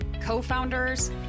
co-founders